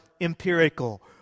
empirical